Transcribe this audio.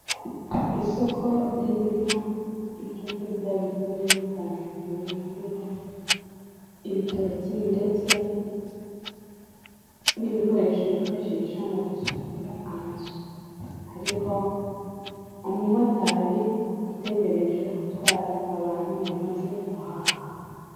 Isoko ririmo ibyo kurya bigiye bitandukanye, hariho ibitoki ndetse n'ibikoresho bifashisha mu gusukura amazu. Hariho umumotari utegereje gutwara abantu bamaze guhaha.